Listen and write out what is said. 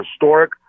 historic